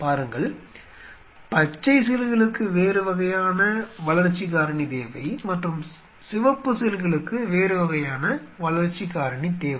பாருங்கள் பச்சை செல்களுக்கு வேறு வகையான வளர்ச்சி காரணி தேவை மற்றும் சிவப்பு செல்களுக்கு வேறு வகையான வளர்ச்சி காரணி தேவை